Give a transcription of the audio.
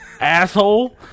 Asshole